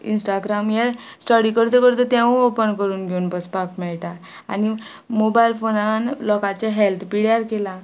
Instagram हे study करचो करचो तेवूय ओपन करून घेवन बसपाक मेळटा आनी मोबायल फोनान लोकांच्या हॅल्थ पिड्यार केला